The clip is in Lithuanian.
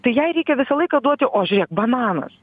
tai jai reikia visą laiką duoti o žiūrėk bananas